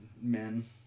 men